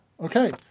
Okay